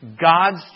God's